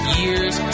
years